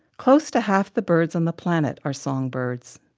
close to half the birds on the planet are songbirds,